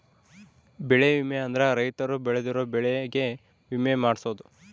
ಬೆಳೆ ವಿಮೆ ಅಂದ್ರ ರೈತರು ಬೆಳ್ದಿರೋ ಬೆಳೆ ಗೆ ವಿಮೆ ಮಾಡ್ಸೊದು